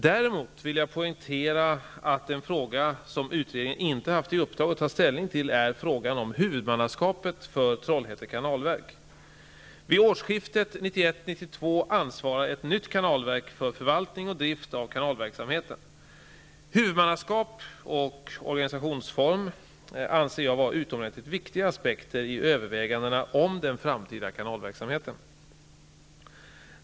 Däremot vill jag poängtera att en fråga som utredningen inte haft i uppdrag att ta ställning till är frågan om huvudmannaskapet för Trollhätte kanalverk. Från årsskiftet 1991-1992 ansvarar ett nytt kanalverk för förvaltning och drift av kanalverksamheten. Huvudmannaskap och organisationsform anser jag vara utomordentligt viktiga aspekter i övervägandena om den framtida kanalverksamheten.